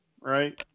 right